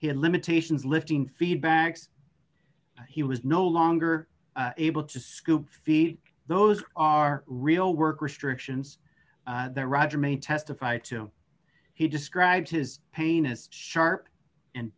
he had limitations lifting feedbacks he was no longer able to scoop feet those are real work restrictions that roger may testify to he describes his pain is sharp and